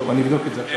אני אבדוק את זה עכשיו.